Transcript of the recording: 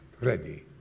ready